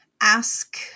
ask